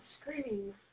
screaming